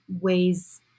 ways